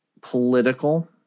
political